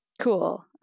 Cool